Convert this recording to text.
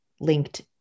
linked